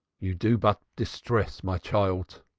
you do but distress my child.